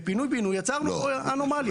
בפינוי בינוי יצרנו פה אנומליה.